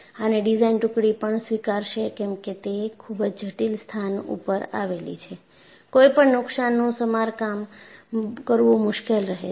આને ડિઝાઇન ટુકડી પણ સ્વીકારશે કેમ કે તે ખૂબ જ જટિલ સ્થાન ઉપર આવેલી છે કોઈપણ નુકશાનનું સમારકામ કરવું મુશ્કેલ રહે છે